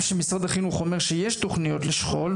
שמשרד החינוך אומר שיש תוכניות לשכול,